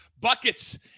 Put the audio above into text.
Buckets